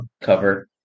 cover